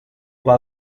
pla